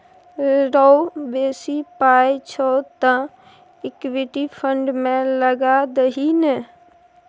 रौ बेसी पाय छौ तँ इक्विटी फंड मे लगा दही ने